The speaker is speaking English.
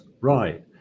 Right